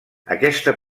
aquesta